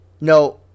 No